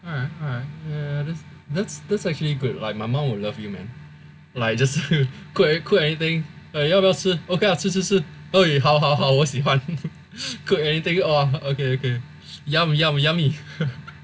alright alright uh that's that's that's actually good like my mom will love you man like you just cook cook anything like 要不要吃 ok ah 吃吃吃 !oi! 好好好我喜欢 cook anything oh okay okay yum yum yummy